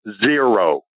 Zero